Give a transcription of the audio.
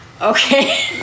okay